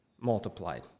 Multiplied